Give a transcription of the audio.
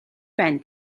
байна